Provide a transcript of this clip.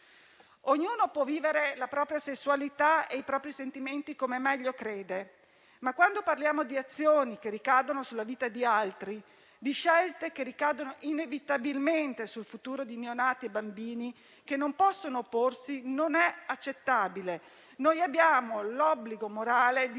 Ognuno può vivere la propria sessualità e i propri sentimenti come meglio crede; ma, quando parliamo di azioni che ricadono sulla vita di altri, di scelte che ricadono inevitabilmente sul futuro di neonati e bambini che non possono opporsi, non è accettabile. Noi abbiamo l'obbligo morale di